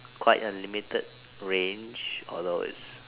quite a limited range although it is